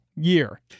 year